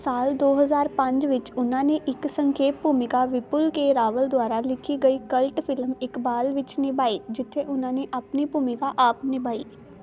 ਸਾਲ ਦੋ ਹਜ਼ਾਰ ਪੰਜ ਵਿੱਚ ਉਹਨਾਂ ਨੇ ਇੱਕ ਸੰਖੇਪ ਭੂਮਿਕਾ ਵਿਪੁਲ ਕੇ ਰਾਵਲ ਦੁਆਰਾ ਲਿਖੀ ਗਈ ਕਲਟ ਫਿਲਮ ਇਕਬਾਲ ਵਿੱਚ ਨਿਭਾਈ ਜਿੱਥੇ ਉਨ੍ਹਾਂ ਨੇ ਆਪਣੀ ਭੂਮਿਕਾ ਆਪ ਨਿਭਾਈ